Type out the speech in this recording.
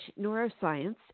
neuroscience